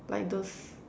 like those